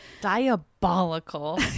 diabolical